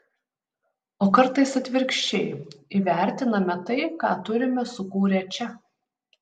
o kartais atvirkščiai įvertiname tai ką turime sukūrę čia